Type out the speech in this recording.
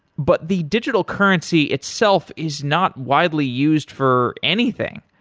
but the digital currency itself is not widely used for anything.